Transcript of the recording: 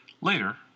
Later